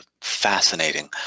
fascinating